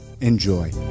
Enjoy